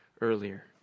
earlier